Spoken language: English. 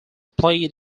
played